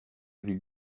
ville